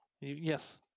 yes